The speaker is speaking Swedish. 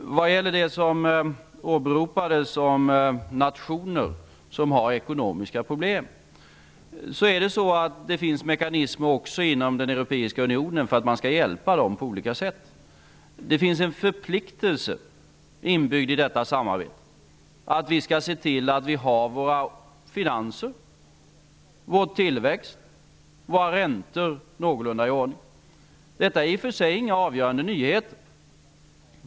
Vad gäller det som åberopades om nationer som har ekonomiska problem finns det mekanismer också inom den europeiska unionen för att hjälpa sådana nationer på olika sätt. Det finns en förpliktelse inbyggd i detta samarbete, nämligen att vi skall se till att vi har våra finanser, vår tillväxt och våra räntor i någorlunda ordning. Detta är i och för sig inga avgörande nyheter.